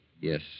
Yes